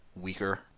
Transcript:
weaker